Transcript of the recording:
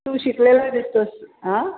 तू शिकलेला दिसतोस हा